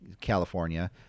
California